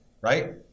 right